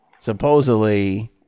supposedly